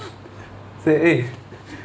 say eh